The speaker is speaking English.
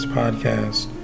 podcast